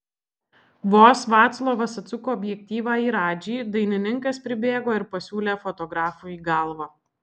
vos vaclovas atsuko objektyvą į radžį dainininkas pribėgo ir pasiūlė fotografui į galvą